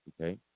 Okay